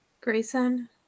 Grayson